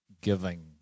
giving